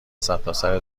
سرتاسر